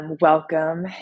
Welcome